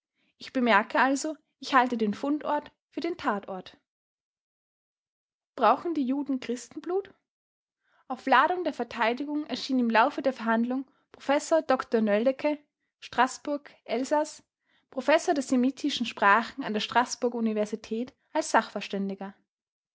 ich bemerke also ich halte den fundort für den tatort brauchen die juden christenblut auf ladung der verteidigung erschien im laufe der verhandlung professor dr nöldecke straßburg elsaß professor der semitischen sprachen an der straßburger universität als sachverständiger